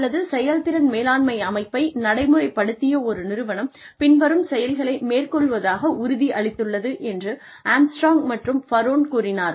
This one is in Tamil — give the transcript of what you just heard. அல்லது செயல்திறன் மேலாண்மை அமைப்பை நடைமுறைப்படுத்திய ஒரு நிறுவனம் பின்வரும் செயல்களை மேற்கொள்வதாக உறுதி அளித்துள்ளது என்று ஆம்ஸ்ட்ராங் மற்றும் பரோன் கூறினார்கள்